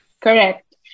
Correct